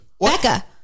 Becca